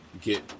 get